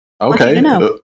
Okay